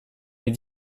est